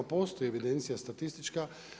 Postoji evidencija statistička.